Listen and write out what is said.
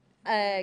אגב,